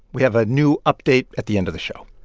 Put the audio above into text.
we have a new update at the end of the show.